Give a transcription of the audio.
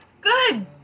good